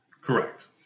Correct